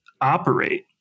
operate